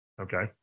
Okay